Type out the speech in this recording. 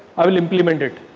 i will implement it.